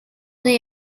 they